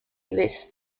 list